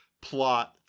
plot